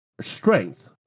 strength